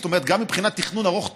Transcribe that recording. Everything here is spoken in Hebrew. זאת אומרת, גם מבחינת תכנון ארוך טווח,